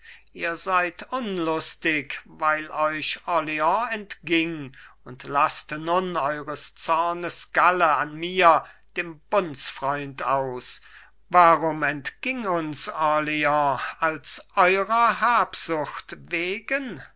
ihr seid unlustig weil euch orleans entging und laßt nun eures zornes galle an mir dem bundsfreund aus warum entging uns orelans als eurer habsucht wegen